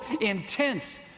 intense